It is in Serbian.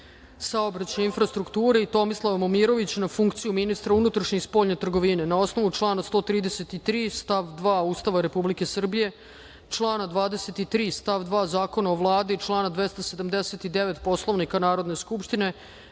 saobraćaja i infrastrukture i Tomislav Momirović na funkciju ministra unutrašnje i spoljne trgovine. Na osnovu člana 133. stav 2. Ustava Republike Srbije, člana 23. stav 2. Zakona o Vladi i člana 279. Poslovnika Narodne skupštine